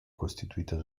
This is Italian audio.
costituita